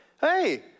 hey